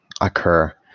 occur